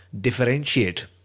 differentiate